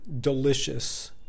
delicious